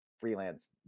freelance